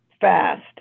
fast